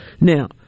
Now